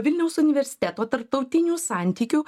vilniaus universiteto tarptautinių santykių